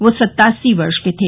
वे सत्तासी वर्ष के थे